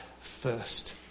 first